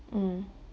mm